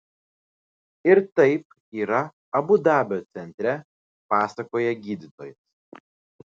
ir taip yra abu dabio centre pasakoja gydytoja